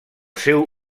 seu